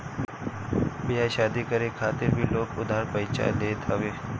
बियाह शादी करे खातिर भी लोग उधार पइचा लेत हवे